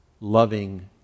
loving